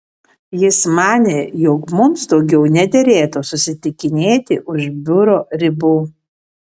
jis manė jog mums daugiau nederėtų susitikinėti už biuro ribų